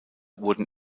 wurden